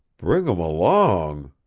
bring him along?